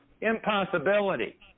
impossibility